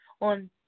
on